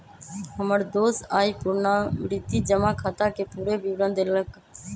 हमर दोस आइ पुरनावृति जमा खताके पूरे विवरण देलक